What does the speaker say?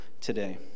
today